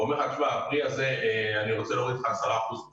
והוא אומר שהוא רוצה להוריד 10 אחוזים.